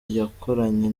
yakoranye